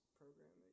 program